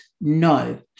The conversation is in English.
no